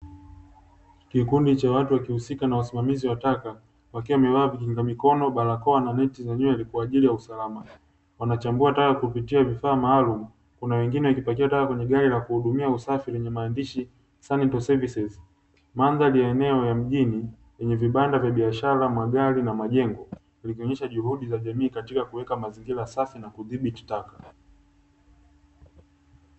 Kikundi cha watu wakihusika na usimamizi wa taka wakiwa wamevaa vikinga mikono, barakoa na neti za nywele kwaajili ya usalama, wanachambua taka kupitia vifaa maalumu, kuna wengine wakipakia taka kwene gari la kuhudumia usafi lenye maandishi (SENIT SERVICES) mandhari ya eneo la mjini lenye vibanda vya biashara, magari na majengo, ikionyesha shuguli za jamii katika kuweka mazingira safi na kudhibiti taka.